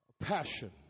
passion